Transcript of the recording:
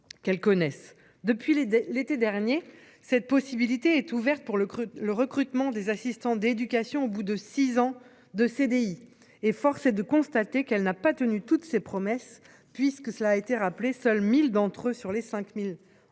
les dès l'été dernier. Cette possibilité est ouverte pour le cru le recrutement des assistants d'éducation au bout de six ans de CDI et force est de constater qu'elle n'a pas tenu toutes ses promesses, puisque cela a été rappelé, seuls 1000 d'entre eux sur les 5000.